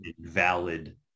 valid